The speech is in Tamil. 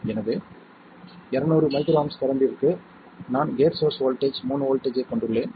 எனவே 200 µA கரண்ட்டிற்கு நான் கேட் சோர்ஸ் வோல்ட்டேஜ் 3v ஐக் கொண்டுள்ளேன்